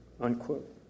unquote